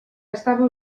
estava